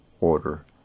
order